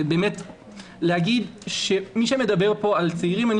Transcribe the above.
מי שמדבר פה על צעירים,